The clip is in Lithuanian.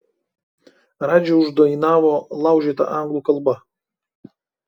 radži uždainavo laužyta anglų kalba